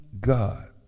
God